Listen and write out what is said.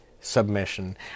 submission